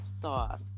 sauce